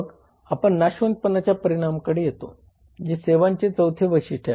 मग आपण नाशवंतपणाच्या परिणामांकडे येतो जे सेवांचे चौथे वैशिष्ट्य आहे